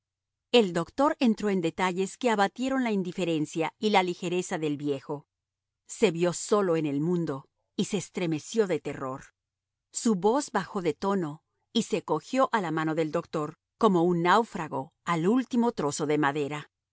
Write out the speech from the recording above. el doctor entró en detalles que abatieron la indiferencia y la ligereza del viejo se vio solo en el mundo y se estremeció de terror su voz bajó de tono y se cogió a la mano del doctor como un náufrago al último trozo de madera